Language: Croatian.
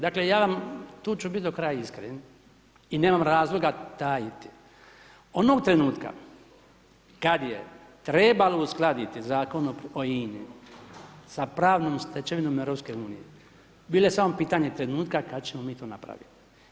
Dakle ja vam, tu ću biti do kraja iskren i nemam razloga tajiti, onog trenutka kada je trebalo uskladiti Zakon o INA-i sa pravnom stečevinom EU bilo je samo pitanje trenutka kada ćemo mi to napraviti.